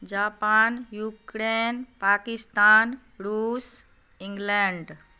Japan Ukraine Pakistan रूस England